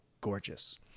gorgeous